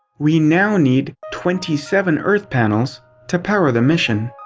we now need twenty seven earth panels to power the mission.